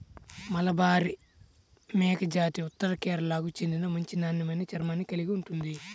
మలబారి మేకజాతి ఉత్తర కేరళకు చెందిన మంచి నాణ్యమైన చర్మాన్ని కలిగి ఉంటుంది